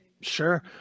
Sure